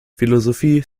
philosophie